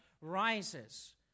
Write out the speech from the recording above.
rises